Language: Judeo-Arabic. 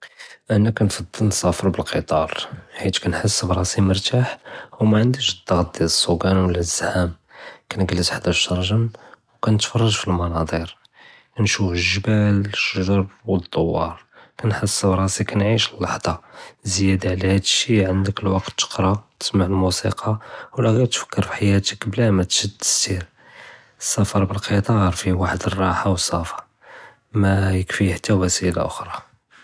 אנא כּנפְדּל נסַאפֶר בּאלקִּיטַאר, חִית כּנְחס בּראסִי מֻרְתַאח וּמַעַנְדִיְש אֶלדַּעְט דִיַאל אֶלסּוּקַּאן ולא אֶלזְּחַאם. כּנְגְ׳לֶס חְדַא שְׁרְג׳ֶם וּכנְתְפַרַ׳ג פִי אֶלמַנַאט׳ִיר, נְשוּף אֶלגְ׳בַּאל, אֶשְׁגָ׳ר וּאֶלדּוַּאר, כּנְחס בּראסִי כּנְעִיש אֶללַחְ׳טַה, זִיַאדַה עלא האד אֶלשי עַנְדַכּ אֶלוַקְּת תְקְּרא, תִסְמַע אֶלמוסִיקַּא, ולא עְ׳יר תְפַכֶּר פִי חְיַאתַכּ בּלַא מַא תְשׁד אֶלסִּיר, אֶלסַּפַר בּאלקִּיטַאר פִיה וַחְד אֶלרַאחַא וּאֶלצְּפַא מא יְכְּפִיה תַא וַסִילַה אַחְ׳רַא.